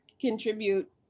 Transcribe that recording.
contribute